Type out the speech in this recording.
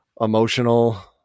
emotional